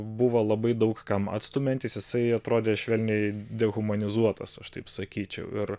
buvo labai daug kam atstumiantis jisai atrodė švelniai dehumanizuotas aš taip sakyčiau ir